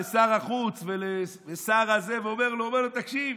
לשר החוץ ולשר הזה ואומר לו: תקשיב,